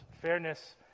fairness